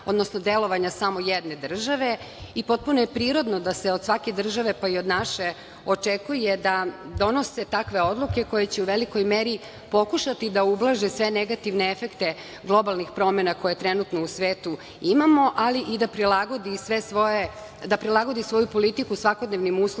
odnosno delovanja samo jedne države i potpuno je prirodno da se od svake države, pa i od naše, očekuje da donose takve odluke koje će u velikoj meri pokušati da ublaže sve negativne efekte globalnih promena koje trenutno u svetu imamo, ali i da prilagodi svoju politiku svakodnevnim uslovima